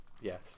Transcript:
Yes